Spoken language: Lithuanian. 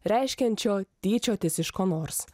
reiškiančio tyčiotis iš ko nors